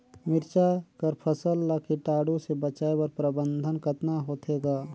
मिरचा कर फसल ला कीटाणु से बचाय कर प्रबंधन कतना होथे ग?